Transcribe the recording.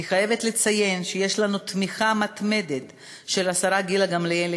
אני חייבת לציין שיש לנו תמיכה מתמדת של השרה גילה גמליאל,